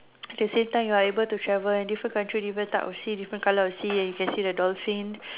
the same time you are able to travel in different country different type of sea different colour of sea and you can see the dolphins